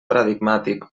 paradigmàtic